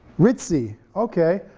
ritzy, okay,